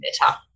better